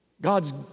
God's